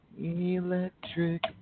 Electric